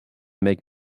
make